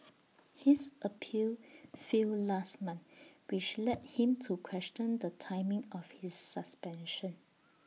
his appeal failed last month which led him to question the timing of his suspension